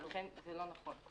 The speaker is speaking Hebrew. לכן זה לא נכון.